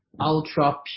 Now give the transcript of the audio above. ultra